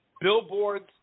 billboards